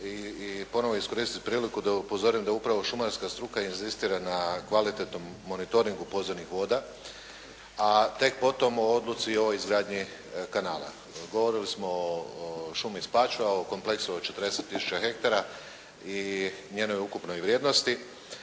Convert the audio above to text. i ponovo iskoristiti priliku da upozorim da upravo šumarska struka inzistira na kvalitetnom monitoringu podzemnih voda, a tek potom o odluci u izgradnju kanala. Govorili smo o šumi Spačva, o kompleksu od 40 tisuća hektara i njenoj ukupnoj vrijednosti,